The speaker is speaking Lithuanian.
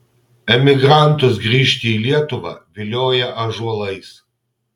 emigrantus grįžti į lietuvą vilioja ąžuolais